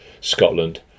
Scotland